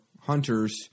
hunters –